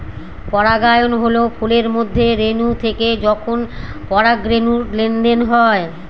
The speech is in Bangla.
পরাগায়ন হল ফুলের মধ্যে রেনু থেকে যখন পরাগরেনুর লেনদেন হয়